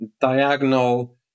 diagonal